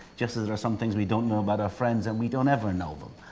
just as there are some things we don't know about our friends, and we don't ever know them,